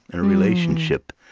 in a relationship,